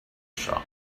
shop